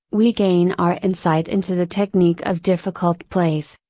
we gain our insight into the technique of difficult plays,